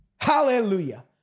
Hallelujah